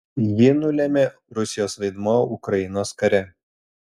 jį nulėmė rusijos vaidmuo ukrainos kare